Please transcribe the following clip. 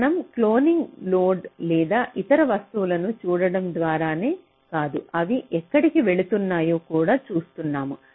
మనం క్లోనింగ్ లోడ్లు లేదా ఇతర వస్తువులను చూడటం ద్వారానే కాదు అవి ఎక్కడికి వెళుతున్నాయో కూడా చూస్తున్నాము